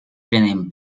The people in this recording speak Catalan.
prenen